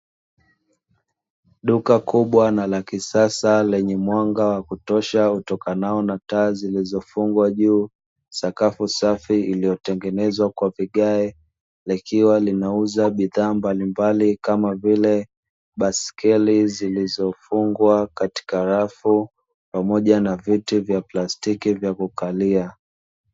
Duka kubwa na la kisasa lenye mwanga wa kutosha utokanao na taa zilizofungwa juu sakafu safi, iliyotengenezwa kwa vigae likiwa linauza bidhaa mbalimbali kama vile baskeli zilizofungwa katika rafu pamoja na viti vya plastiki vya kukalia.